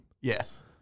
Yes